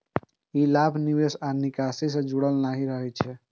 ई लाभ निवेश आ निकासी सं जुड़ल नहि रहै छै